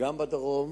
גם בדרום